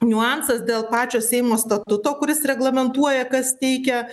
niuansas dėl pačio seimo statuto kuris reglamentuoja kas teikia